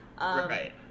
right